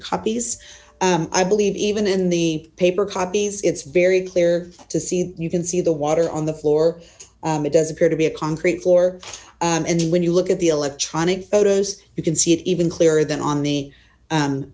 copies i believe even in the paper copies it's very clear to see that you can see the water on the floor it does appear to be a concrete floor and then when you look at the electronic photos you can see it even clearer than on the